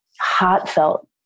heartfelt